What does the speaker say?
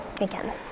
again